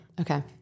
Okay